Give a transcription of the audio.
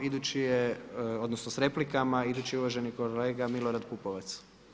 Idući je, odnosno s replikama, idući je uvaženi kolega Milorad Pupovac.